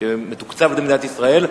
שמתוקצב על-ידי מדינת ישראל,